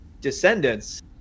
Descendants